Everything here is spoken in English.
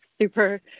super